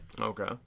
okay